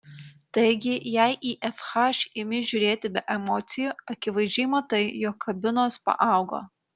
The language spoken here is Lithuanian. taigi jei į fh imi žiūrėti be emocijų akivaizdžiai matai jog kabinos paaugo